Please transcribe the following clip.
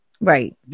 right